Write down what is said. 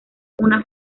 una